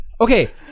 Okay